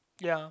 ya